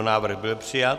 Návrh byl přijat.